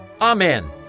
Amen